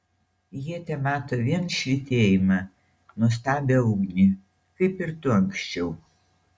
jie temato vien švytėjimą nuostabią ugnį kaip ir tu anksčiau